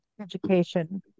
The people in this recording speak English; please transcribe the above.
education